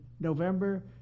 November